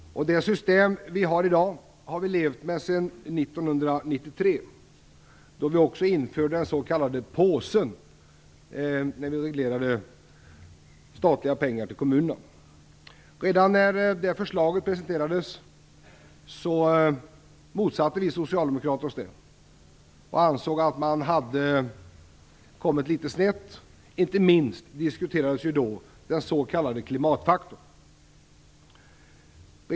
Det system som vi har i dag har vi levt med sedan 1993, då vi också införde den s.k. påsen i samband med regleringen av statliga pengar till kommunerna. Redan när det förslaget presenterades motsatte vi oss detta från socialdemokratisk sida och ansåg att man hade kommit litet snett. Inte minst diskuterades då den s.k. klimatfaktorn.